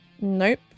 Nope